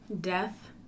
death